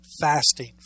fasting